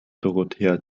dorothea